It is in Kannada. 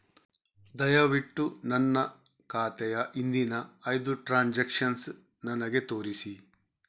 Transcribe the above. ದಯವಿಟ್ಟು ನನ್ನ ಖಾತೆಯ ಹಿಂದಿನ ಐದು ಟ್ರಾನ್ಸಾಕ್ಷನ್ಸ್ ನನಗೆ ತೋರಿಸಿ